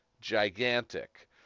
gigantic